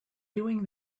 doing